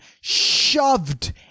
shoved